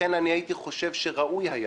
לכן אני הייתי חושב שראוי היה